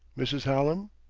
mrs. hallam?